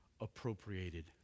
appropriated